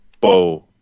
bow